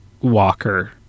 walker